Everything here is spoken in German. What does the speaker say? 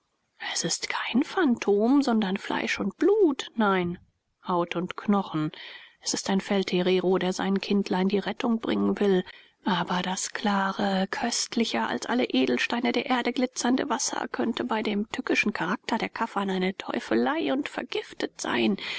es ist kein phantom sondern fleisch und blut nein haut und knochen es ist ein feldherero der seinen kindlein die rettung bringen will aber das klare köstlicher als alle edelsteine der erde glitzernde wasser könnte bei dem tückischen charakter der kaffern eine teufelei und vergiftet sein